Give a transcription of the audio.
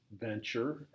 venture